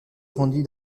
rendit